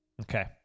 Okay